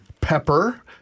Pepper